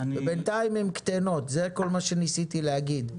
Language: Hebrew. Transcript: בינתיים הן קטנות, זה כל מה שניסיתי להגיד.